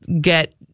get